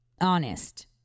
honest